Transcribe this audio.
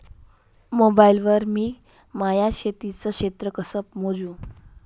Mobile वर मी माया शेतीचं क्षेत्र कस मोजू?